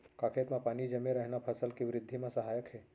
का खेत म पानी जमे रहना फसल के वृद्धि म सहायक हे?